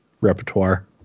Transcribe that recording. repertoire